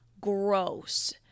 gross